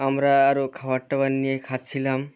আমরা আরও খাবার টাবার নিয়ে খাচ্ছিলাম